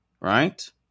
Right